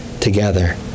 together